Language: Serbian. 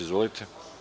Izvolite.